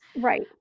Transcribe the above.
Right